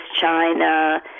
China